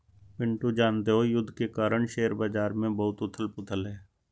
पिंटू जानते हो युद्ध के कारण शेयर बाजार में बहुत उथल पुथल है